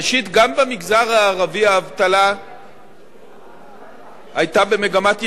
ראשית, גם במגזר הערבי האבטלה היתה במגמת ירידה,